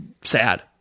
sad